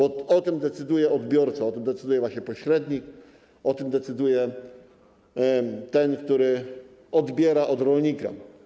O tym decyduje odbiorca, o tym decyduje pośrednik, o tym decyduje ten, kto odbiera je od rolnika.